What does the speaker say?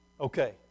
okay